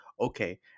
okay